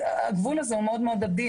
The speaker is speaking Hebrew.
והגבול הזה הוא גם מאוד עדין,